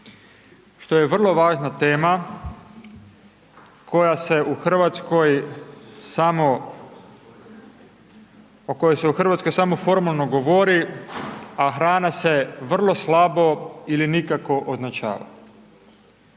se u Hrvatskoj, samo o kojoj se u Hrvatskoj samo formalno govori, a hrana se vrlo slabo ili nikako označava.